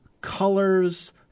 colors